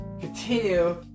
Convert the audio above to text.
continue